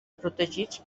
protegits